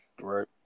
Right